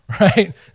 right